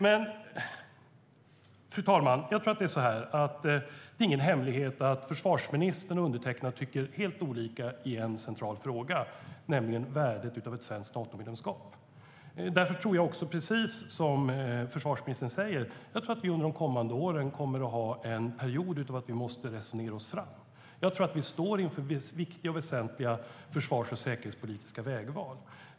Fru talman! Det är ingen hemlighet att försvarsministern och undertecknad tycker helt olika i en central fråga, nämligen den om värdet av ett svenskt Natomedlemskap. Därför tror jag också, precis som försvarsministern säger, att vi måste resonera oss fram under kommande år. Vi står inför viktiga och väsentliga försvars och säkerhetspolitiska vägval.